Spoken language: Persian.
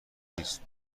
نیست